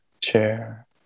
chair